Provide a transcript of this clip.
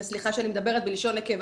גם שנוכל להפעיל את זה בצורה אקטיבית,